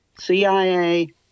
CIA